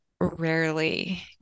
rarely